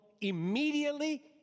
immediately